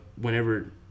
whenever